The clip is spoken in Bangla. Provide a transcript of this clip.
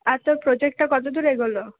আর তোর প্রোজেক্টটা কত দূর এগোলো